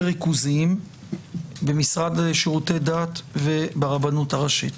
ריכוזיים במשרד לשירותי דת וברבנות הראשית.